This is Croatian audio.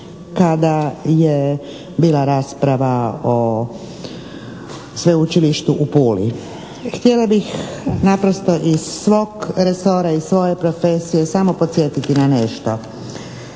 kada je bila rasprava o Sveučilištu u Puli. Htjela bi naprosto iz svog resora i svoje profesije samo podsjetiti na nešto.